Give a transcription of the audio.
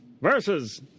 Versus